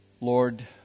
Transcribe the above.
Lord